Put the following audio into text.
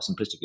simplistically